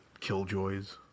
killjoys